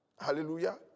Hallelujah